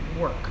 work